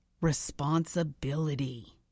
responsibility